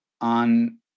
on